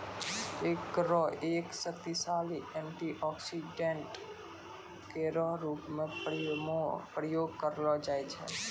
एकरो एक शक्तिशाली एंटीऑक्सीडेंट केरो रूप म प्रयोग करलो जाय छै